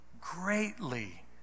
greatly